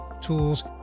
tools